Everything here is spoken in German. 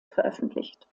veröffentlicht